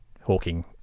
Hawking